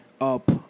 up